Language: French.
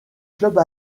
clubs